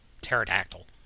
Pterodactyl